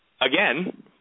again